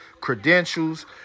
credentials